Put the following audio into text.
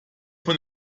von